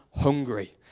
hungry